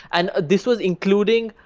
and this was including,